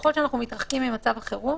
שככל שאנחנו מתרחקים ממצב החירום,